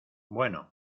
bueno